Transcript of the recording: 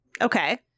Okay